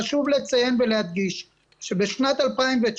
חשוב לציין ולהדגיש שבשנת 2019,